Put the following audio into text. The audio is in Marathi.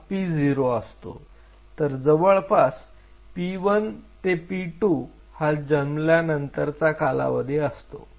तर जवळपास p1 ते p2 हा जन्मानंतर चा कालावधी असतो